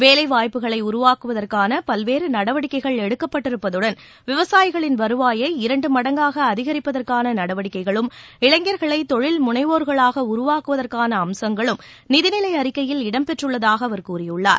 வேலைவாய்ப்புகளை உருவாக்குவதற்கான பல்வேறு நடவடிக்கைகள் எடுக்கப்பட்டிருப்பதுடன் விவசாயிகளின் வருவாயை இரண்டு மடங்காக அதிகரிப்பதற்கான நடவடிக்கைகளும் இளைஞர்களை தொழில் முனைவோர்களாக உருவாக்குவதற்கான அம்சங்களும் நிதிநிலை அறிக்கையில் இடம்பெற்றள்ளதாக அவர் கூறியுள்ளார்